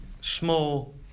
small